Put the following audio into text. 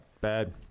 bad